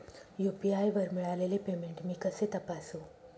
UPI वर मिळालेले payment मी कसे तपासू?